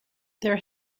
their